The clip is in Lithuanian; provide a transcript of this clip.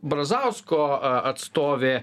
brazausko atstovė